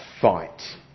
fight